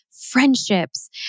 friendships